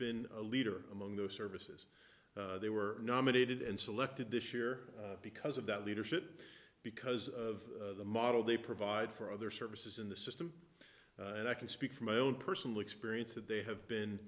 been a leader among those services they were nominated and selected this year because of that leadership because of the model they provide for other services in the system and i can speak from my own personal experience that they have